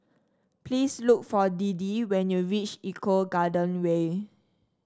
please look for Deedee when you reach Eco Garden Way